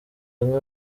bamwe